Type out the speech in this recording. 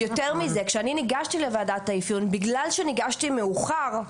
יותר מזה כשאני נגשתי לוועדת האפיון בגלל שנגשתי מאוחר,